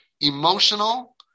emotional